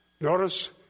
Notice